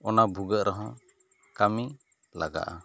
ᱚᱱᱟ ᱵᱩᱜᱟᱹᱜ ᱨᱮᱦᱚᱸ ᱠᱟᱹᱢᱤ ᱞᱟᱜᱟᱜᱼᱟ